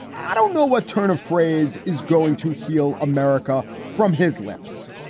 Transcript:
i don't know what turn of phrase is going to heal america. from his lips.